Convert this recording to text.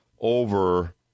over